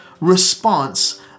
response